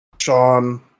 Sean